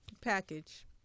package